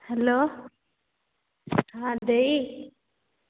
hello ହଁ ଦେଇ